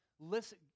Listen